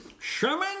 Sherman